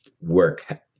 work